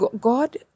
God